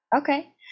okay